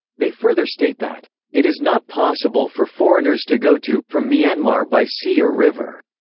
they further state that it is not possible for foreigners to go to from myanmar by sea or river.